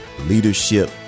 leadership